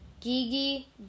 Gigi